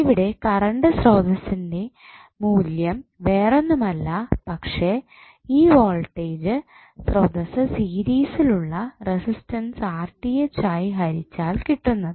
ഇവിടെ കറണ്ട് സ്രോതസ്സിനെ മൂല്യം വേറൊന്നുമല്ല പക്ഷേ ഈ വോൾട്ടേജ് സ്രോതസ്സ് സീരീസിലുള്ള റസ്റ്റൻറ്സ് ആയി ഹരിച്ചാൽ കിട്ടുന്നത്